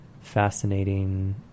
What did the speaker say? fascinating